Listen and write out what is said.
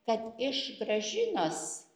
kad iš gražinos